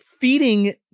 feeding